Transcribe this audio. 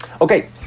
Okay